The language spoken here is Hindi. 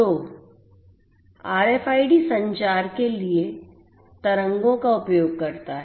तो RFID संचार के लिए रेडियो तरंगों का उपयोग करता है